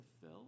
fill